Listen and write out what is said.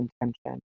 intention